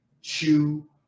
chew